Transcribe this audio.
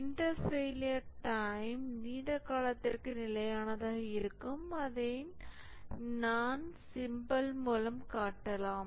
inter failure time நீண்ட காலத்திற்கு நிலையானதாக இருக்கும் அதை நான் சிம்பல் மூலம் காட்டலாம்